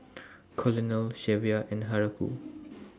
Colonel Shelvia and Haruko